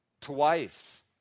twice